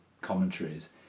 commentaries